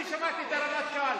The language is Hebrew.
אני שמעתי את הרמטכ"ל,